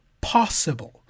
possible